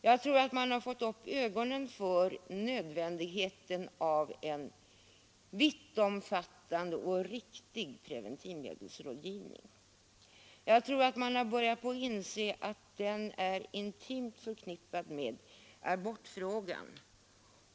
Jag tror att man har fått upp ögonen för nödvändigheten av en vittomfattande och riktig preventivmedelsrådgivning och att man har börjat inse att den är intimt förknippad med abortfrågan.